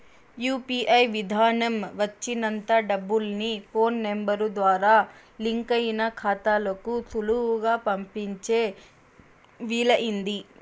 UPI విదానం వచ్చినంత డబ్బుల్ని ఫోన్ నెంబరు ద్వారా లింకయిన కాతాలకు సులువుగా పంపించే వీలయింది